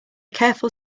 careful